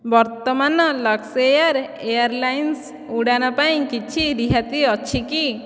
ବର୍ତ୍ତମାନ Luxair airlines ଉଡ଼ାଣ ପାଇଁ କିଛି ରିହାତି ଅଛି କି